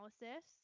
analysis